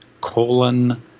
colon